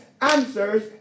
Answers